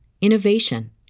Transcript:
innovation